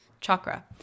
chakra